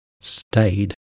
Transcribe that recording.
stayed